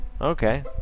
okay